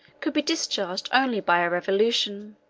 could be discharged only by a revolution.